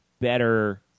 better